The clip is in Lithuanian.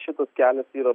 šitas kelias yra